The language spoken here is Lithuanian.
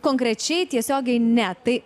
konkrečiai tiesiogiai ne tai